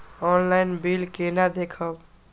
Online bill केना देखब?